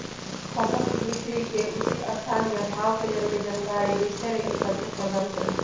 फसल बिकरी के उचित स्थान आ भाव के जरूरी जानकारी डिजिटल एग्रीकल्चर प्रदान करहइ